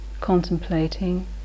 contemplating